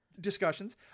discussions